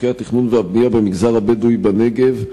דיני התכנון והבנייה במגזר הבדואי בנגב?